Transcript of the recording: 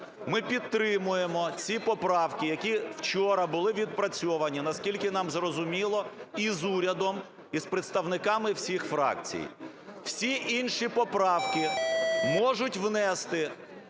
Ми підтримуємо ці поправки, які вчора були відпрацьовані, наскільки нам зрозуміло, і з урядом, і з представниками всіх фракцій. Всі інші поправки можуть внести